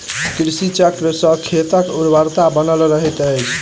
कृषि चक्र सॅ खेतक उर्वरता बनल रहैत अछि